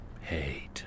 Hate